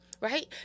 right